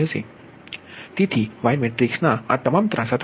તેથી વાય મેટ્રિક્સના આ તમામ ત્રાંસા તત્વોએ તેને Y11 Y22 Y33 બનાવ્યા